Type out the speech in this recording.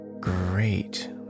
Great